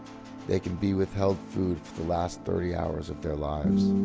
they can be withheld food for the last thirty hours of their lives.